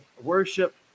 worship